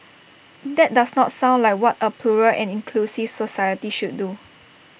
that does not sound like what A plural and inclusive society should do